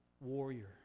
warrior